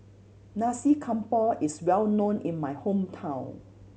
Nasi Campur is well known in my hometown